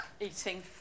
eating